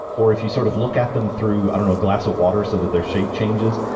or if you sort of look at them through, i don't know, a glass of water so that their shape changes,